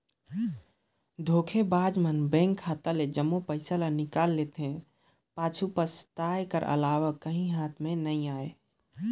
धोखेबाज मन बेंक खाता ले जम्मो पइसा ल निकाल जेथे, पाछू पसताए कर अलावा काहीं हाथ में ना आए